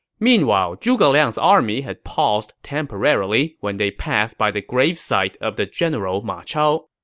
meanwhile, zhuge liang's army had paused temporarily when they passed by the gravesite of the general ma chao.